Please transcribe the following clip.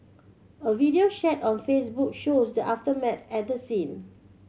a video shared on Facebook shows the aftermath at the scene